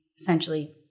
essentially